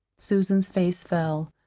susan's face fell.